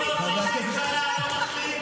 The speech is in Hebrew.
כל עוד ראש הממשלה לא מחליט,